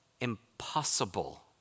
impossible